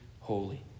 holy